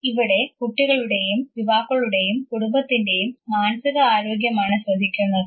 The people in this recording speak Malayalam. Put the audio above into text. ഇവിടെ കുട്ടികളുടെയും യുവാക്കളുടെയും കുടുംബത്തിൻറെയും മാനസിക ആരോഗ്യമാണ് ശ്രദ്ധിക്കുന്നത്